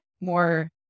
more